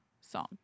song